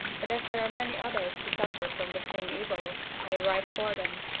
but as there are many others who suffer from the same evil, i write for them,